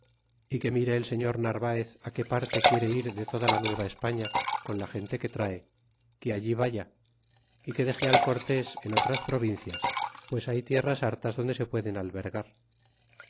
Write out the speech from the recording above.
y que mire el señor narvaez qué parte quiere ir de toda la nuevaespaña con la gente que trae que allí vaya que dexe al cortés en otras provincias pues hay tierras hartas donde se pueden albergar